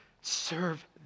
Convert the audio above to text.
serve